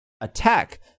attack